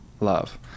love